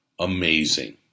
Amazing